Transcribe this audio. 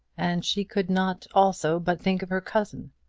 and she could not also but think of her cousin.